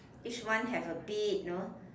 each one have a bit know